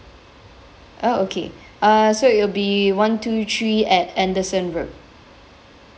uh okay uh so it'll be one two three at anderson road